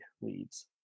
leads